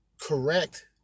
correct